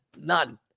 None